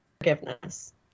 Forgiveness